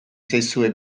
zaizue